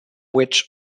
which